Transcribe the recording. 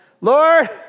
Lord